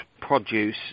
produce